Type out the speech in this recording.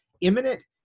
Imminent